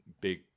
big